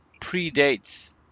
predates